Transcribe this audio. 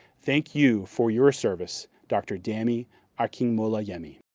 thank you for your service, dr. dami akinmolayemi.